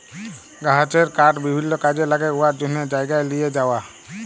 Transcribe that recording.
গাহাচের কাঠ বিভিল্ল্য কাজে ল্যাগে উয়ার জ্যনহে জায়গায় লিঁয়ে যাউয়া